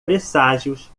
presságios